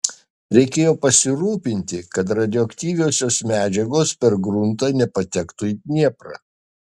reikėjo pasirūpinti kad radioaktyviosios medžiagos per gruntą nepatektų į dnieprą